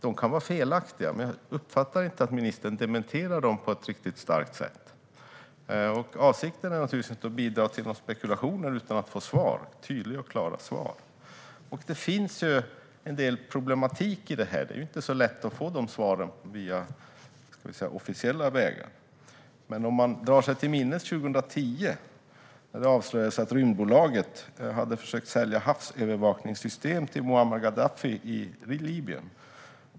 De kan vara felaktiga, men jag uppfattar inte att ministern dementerar dem på ett riktigt starkt sätt. Avsikten är naturligtvis inte att bidra till några spekulationer utan att få tydliga och klara svar. Det finns en del problem i detta. Det är inte så lätt att få de svaren via officiella vägar. Låt oss dra oss till minnes 2010, när det avslöjades att Rymdbolaget hade försökt sälja havsövervakningssystem till Muammar Gaddafi i Libyen.